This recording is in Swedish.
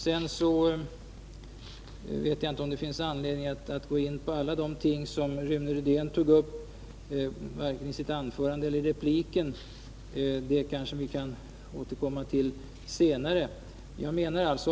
Jag vet inte om det finns anledning att gå in på alla de ting som Rune Rydén tog upp i sitt anförande och i repliken. Det kanske vi kan återkomma till senare.